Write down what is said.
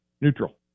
neutral